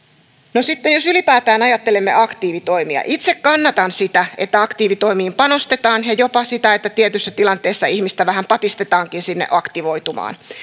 jos ylipäätään ajattelemme aktiivitoimia itse kannatan sitä että aktiivitoimiin panostetaan ja jopa sitä että tietyissä tilanteissa ihmistä vähän patistetaankin aktivoitumaan